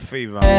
Fever